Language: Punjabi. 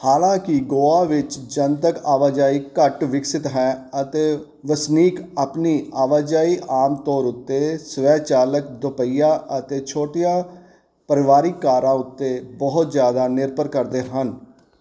ਹਾਲਾਂਕਿ ਗੋਆ ਵਿੱਚ ਜਨਤਕ ਆਵਾਜਾਈ ਘੱਟ ਵਿਕਸਤ ਹੈ ਅਤੇ ਵਸਨੀਕ ਆਪਣੀ ਆਵਾਜਾਈ ਆਮ ਤੌਰ ਉੱਤੇ ਸਵੈ ਚਾਲਕ ਦੋਪਹੀਆ ਅਤੇ ਛੋਟੀਆਂ ਪਰਿਵਾਰਕ ਕਾਰਾਂ ਉੱਤੇ ਬਹੁਤ ਜ਼ਿਆਦਾ ਨਿਰਭਰ ਕਰਦੇ ਹਨ